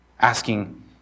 asking